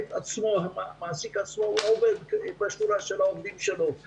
עצמו עומד יחד עם העובדים שלו באותה שורה.